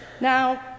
Now